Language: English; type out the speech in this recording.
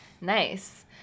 nice